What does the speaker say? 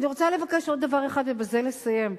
אני רוצה לבקש עוד דבר אחד ובזה לסיים,